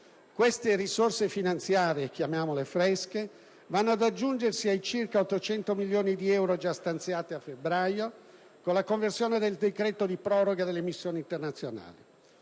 Queste risorse finanziarie "fresche" vanno ad aggiungersi ai circa 800 milioni di euro già stanziati a febbraio con la conversione del decreto-legge di proroga delle missioni internazionali.